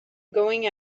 going